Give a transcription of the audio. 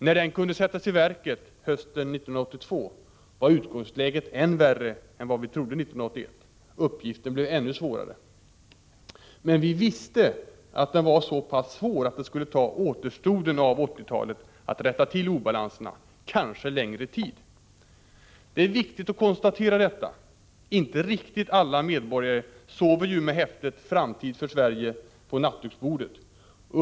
När denna kunde sättas i verket hösten 1982 var utgångsläget ännu värre än vi 1981 trodde att det skulle vara. Uppgiften blev således ännu svårare. Vi visste dock att den var så pass svår att återstoden av 1980-talet skulle behövas för att vi skulle kunna komma till rätta med obalanserna — kanske skulle det dröja ännu längre. Det är viktigt att konstatera detta, för inte riktigt alla medborgare har väl häftet Framtid för Sverige på sitt nattduksbord när de sover.